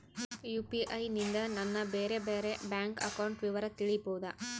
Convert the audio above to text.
UPI ನಿಂದ ನನ್ನ ಬೇರೆ ಬೇರೆ ಬ್ಯಾಂಕ್ ಅಕೌಂಟ್ ವಿವರ ತಿಳೇಬೋದ?